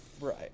Right